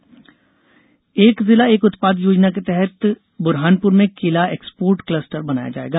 केला क्लस्टर एक जिला एक उत्पाद योजना के तहत कि बुरहानपुर में केला एक्सपोर्ट क्लस्टर बनाया जाएगा